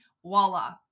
voila